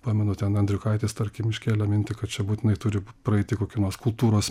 pamenu ten andriukaitis tarkim iškėlė mintį kad čia būtinai turi praeiti kokį nors kultūros